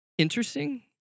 interesting